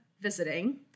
visiting